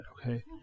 okay